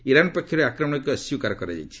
Iran ପକ୍ଷରୁ ଏହି ଆକ୍ରମଣକୁ ଅସ୍ୱୀକାର କରାଯାଇଛି